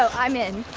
so i'm in.